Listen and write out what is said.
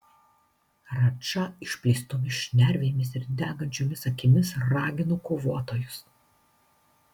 radža išplėstomis šnervėmis ir degančiomis akimis ragino kovotojus